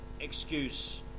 excuse